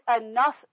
enough